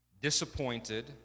disappointed